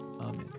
Amen